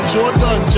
Jordan